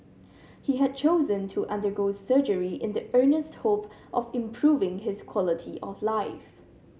he had chosen to undergo surgery in the earnest hope of improving his quality of life